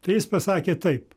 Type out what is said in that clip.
tai jis pasakė taip